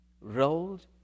rolled